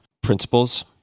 principles